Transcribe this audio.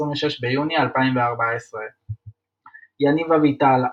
26 ביוני 2014 יניב אביטל,